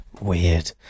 weird